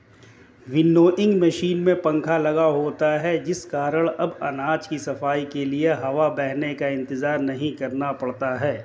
winnowing machine में पंखा लगा होता है जिस कारण अब अनाज की सफाई के लिए हवा बहने का इंतजार नहीं करना पड़ता है